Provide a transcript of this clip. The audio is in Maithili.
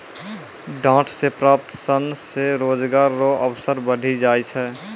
डांट से प्राप्त सन से रोजगार रो अवसर बढ़ी जाय छै